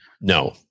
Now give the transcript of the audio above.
No